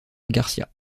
garcía